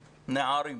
נערים,